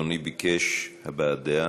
אדוני ביקש הבעת דעה,